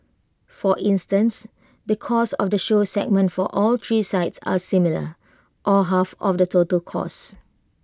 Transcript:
for instance the cost of the show segment for all three sites are similar or half of the total costs